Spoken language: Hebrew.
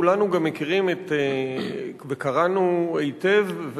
אנחנו כולנו גם מכירים וקראנו היטב,